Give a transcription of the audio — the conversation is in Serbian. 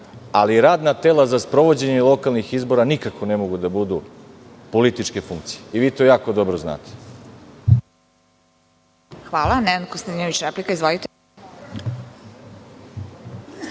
ali radna tela za sprovođenje lokalnih izbora nikako ne mogu da budu političke funkcije. Vi to jako dobro znate.